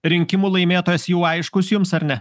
rinkimų laimėtojas jau aiškus jums ar ne